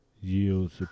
yields